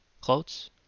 clothes